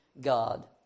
God